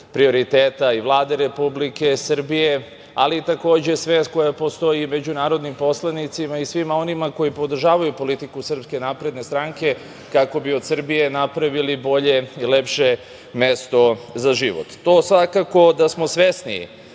prioriteta i Vlade Republike Srbije, ali takođe i svest koja postoji među narodnim poslanicima i svima onima koji podržavaju politiku SNS, kako bi od Srbije napravili bolje i lepše mesto za život. Svakako to da smo svesniji